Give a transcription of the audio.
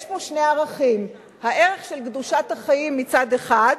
יש פה שני ערכים: הערך של קדושת החיים מצד אחד,